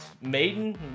Maiden